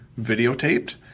videotaped